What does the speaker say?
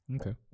Okay